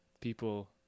people